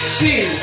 two